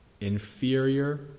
inferior